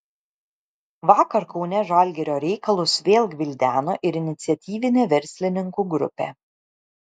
vakar kaune žalgirio reikalus vėl gvildeno ir iniciatyvinė verslininkų grupė